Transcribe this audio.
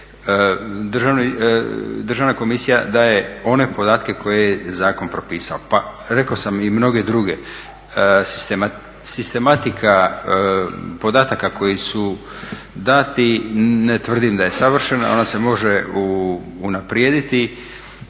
Državna komisija daje one podatke koje je zakon propisao, pa rekao sam i mnoge druge. Sistematika podataka koji su dati ne tvrdim da je savršena. Ona se može unaprijediti.